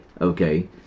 okay